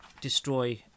destroy